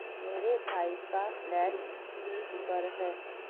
मेरे भाई का फ्लैट लीज पर है